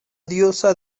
diosa